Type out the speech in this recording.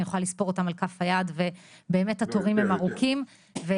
אני יכולה לספור אותן על כף היד ובאמת התורים הם ארוכים ויהורם